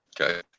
Okay